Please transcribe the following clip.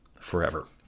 forever